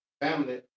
Family